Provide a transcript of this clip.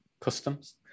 customs